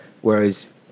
Whereas